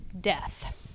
death